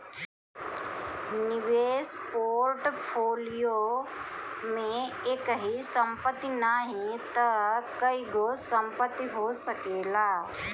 निवेश पोर्टफोलियो में एकही संपत्ति नाही तअ कईगो संपत्ति हो सकेला